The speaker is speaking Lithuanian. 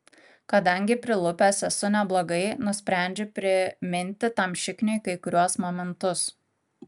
kadangi prilupęs esu neblogai nusprendžiu priminti tam šikniui kai kuriuos momentus